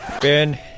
Ben